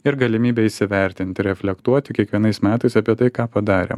ir galimybė įsivertinti reflektuoti kiekvienais metais apie tai ką padarėm